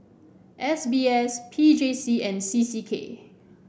S B S P J C and C C K